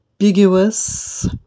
ambiguous